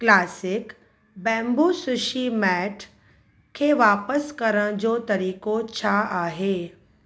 classic bamboo sushi mat खे वापसि करण जो तरीक़ो छा आहे